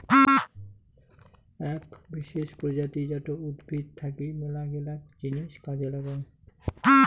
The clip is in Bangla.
আক বিশেষ প্রজাতি জাট উদ্ভিদ থাকি মেলাগিলা জিনিস কাজে লাগং